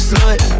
Slut